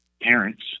parents